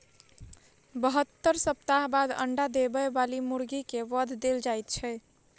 बहत्तर सप्ताह बाद अंडा देबय बाली मुर्गी के वध देल जाइत छै